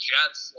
Jets